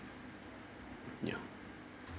yeah